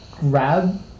grab